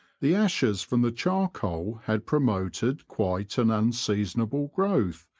the ashes from the charcoal had promoted quite an unseasonable growth,